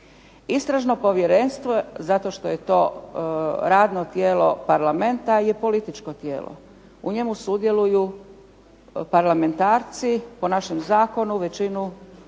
Istražno povjerenstvo, zato što je to radno tijelo Parlamenta je političko tijelo, u njemu sudjeluju parlamentarci, u našem zakonu većinu ima